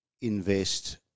invest